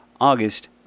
August